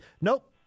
nope